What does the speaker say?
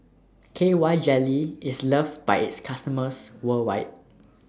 K Y Jelly IS loved By its customers worldwide